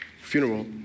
funeral